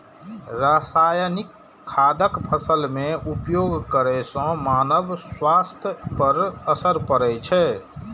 रासायनिक खादक फसल मे उपयोग करै सं मानव स्वास्थ्य पर असर पड़ै छै